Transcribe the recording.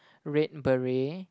red beret